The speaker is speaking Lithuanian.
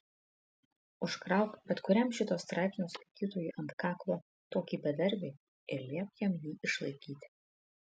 užkrauk bet kuriam šito straipsnio skaitytojui ant kaklo tokį bedarbį ir liepk jam jį išlaikyti